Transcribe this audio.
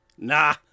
Nah